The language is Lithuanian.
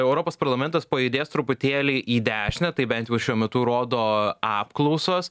europos parlamentas pajudės truputėlį į dešinę tai bent jau šiuo metu rodo apklausos